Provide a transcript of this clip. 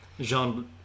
Jean